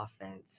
offense